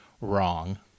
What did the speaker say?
wrong